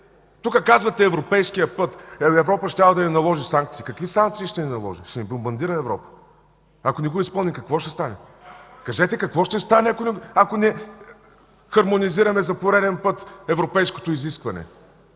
Тук казвате за европейския път, Европа щяла да ни наложи санкции. Какви санкции ще ни наложи? Ще ни бомбардира Европа ли? Ако не го изпълним, какво ще стане? Кажете, какво ще стане, ако не хармонизираме за пореден път европейското изискване?